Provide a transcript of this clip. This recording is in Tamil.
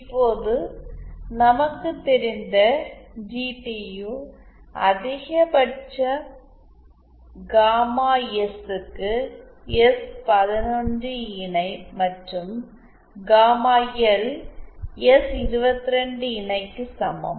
இப்போது நமக்குத் தெரிந்த ஜிடியு அதிகபட்சம் காமா எஸ் க்கு எஸ் 11 இணை மற்றும் காமா எல் எஸ்22 இணை க்கு சமம்